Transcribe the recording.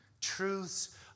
truth's